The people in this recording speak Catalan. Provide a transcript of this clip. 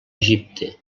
egipte